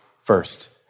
first